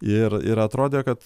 ir ir atrodė kad